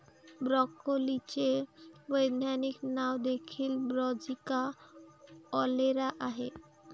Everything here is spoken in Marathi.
ब्रोकोलीचे वैज्ञानिक नाव देखील ब्रासिका ओलेरा आहे